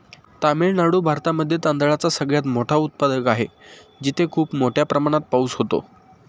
तामिळनाडू भारतामध्ये तांदळाचा सगळ्यात मोठा उत्पादक आहे, तिथे खूप मोठ्या प्रमाणात पाऊस होतो